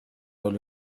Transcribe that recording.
oli